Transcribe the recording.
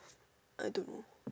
I don't know